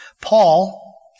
Paul